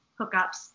hookups